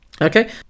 Okay